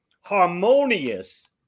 harmonious